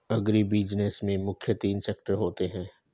agribusiness में मुख्य तीन सेक्टर होते है